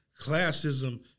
classism